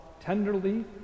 tenderly